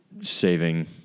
saving